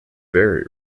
very